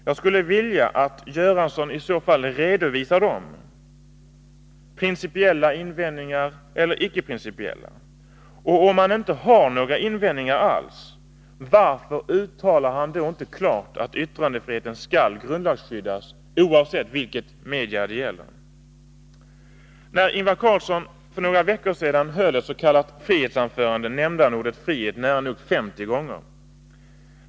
Jag skulle vilja att Bengt Göransson i så fall redovisar sina principiella eller icke-principiella invändningar. Om han inte har några invändningar alls, varför uttalar han då inte klart att yttrandefriheten skall grundlagsskyddas oavsett vilket medium det gäller? När Ingvar Carlsson för några veckor sedan höll ett s.k. frihetsanförande nämnde han ordet frihet närmare femtio gånger.